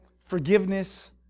forgiveness